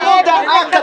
איפה זה כתוב?